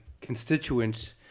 constituents